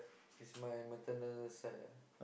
is my maternal side ah